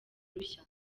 rushya